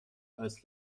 als